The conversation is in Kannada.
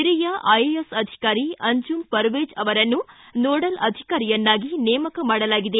ಹಿರಿಯ ಐಎಎಸ್ ಅಧಿಕಾರಿ ಅಂಜುಮ್ ಪರ್ವೇಜ್ ಅವರನ್ನು ನೋಡಲ್ ಅಧಿಕಾರಿಯನ್ನಾಗಿ ನೇಮಕ ಮಾಡಲಾಗಿದೆ